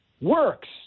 works